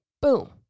Boom